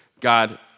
God